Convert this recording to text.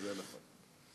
זה נכון, זה נכון.